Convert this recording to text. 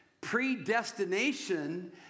Predestination